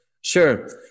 Sure